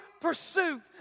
pursuit